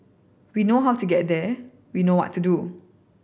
we know how to get there we know what to do